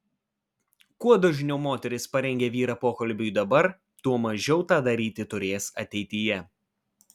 kuo dažniau moteris parengia vyrą pokalbiui dabar tuo mažiau tą daryti turės ateityje